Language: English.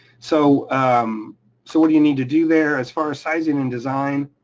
so so what do you need to do there as far as sizing and design?